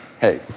hey